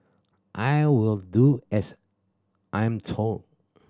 I will do as I'm told